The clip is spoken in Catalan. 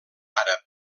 àrab